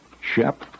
Shep